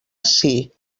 ací